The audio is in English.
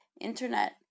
internet